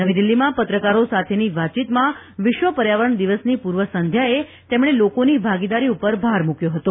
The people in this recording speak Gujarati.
નવી દીલ્હીમાં પત્રકારો સાથેની વાતચીતમાં વિશ્વ પર્યાવરણ દિવસની પૂર્વ સંધ્યાએ તેમણે લોકોની ભાગીદારી પર ભાર મૂક્યો હતો